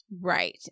Right